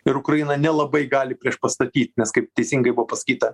ir ukraina nelabai gali priešpastatyt nes kaip teisingai buvo pasakyta